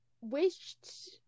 wished